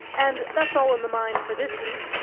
and that's all in the mind for this week.